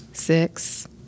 six